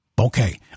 Okay